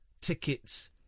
tickets